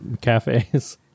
cafes